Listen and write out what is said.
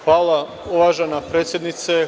Hvala, uvažena predsednice.